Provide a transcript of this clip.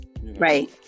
Right